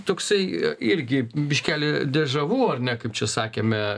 toksai irgi biškelį de žavu ar ne kaip čia sakėme